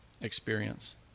experience